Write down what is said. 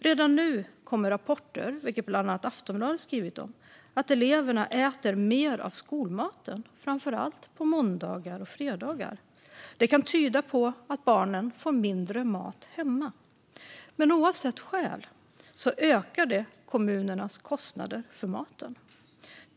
Redan nu kommer det rapporter, vilket bland annat Aftonbladet skrivit om, om att eleverna äter mer av skolmaten - framför allt på måndagar och fredagar. Det kan tyda på att barnen får mindre mat hemma. Oavsett skälet ökar det dock kommunernas kostnader för maten.